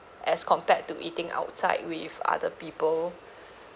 as compared to eating outside with other people